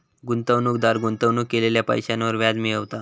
गुंतवणूकदार गुंतवणूक केलेल्या पैशांवर व्याज मिळवता